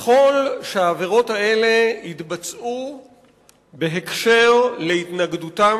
ככל שהעבירות האלה התבצעו בהקשר של התנגדותם